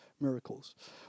miracles